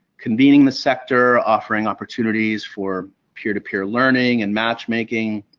convening the sector, offering opportunities for peer-to-peer learning and matchmaking.